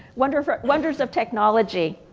wonders wonders of technology